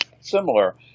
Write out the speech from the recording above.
similar